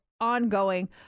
ongoing